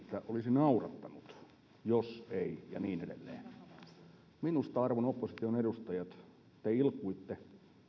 naurattanut jos ei ja niin edelleen minusta arvon opposition edustajat te ilkuitte